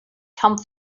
come